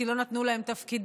כי לא נתנו להן תפקידים.